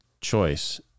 choice